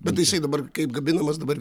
bet jisai dabar kaip gabinamas dabar